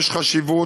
יש חשיבות.